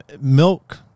milk